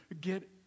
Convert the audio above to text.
get